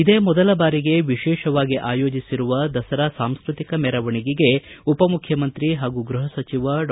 ಇದೇ ಮೊದಲ ಬಾರಿಗೆ ವಿಶೇಷವಾಗಿ ಆಯೋಜಿಸಿರುವ ದಸರಾ ಸಾಂಸ್ಕತಿಕ ಮೆರವಣಿಗೆಗೆ ಉಪ ಮುಖ್ಯಮಂತ್ರಿ ಹಾಗೂ ಗೃಹ ಸಚಿವರಾದ ಡಾ